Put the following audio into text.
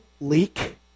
leak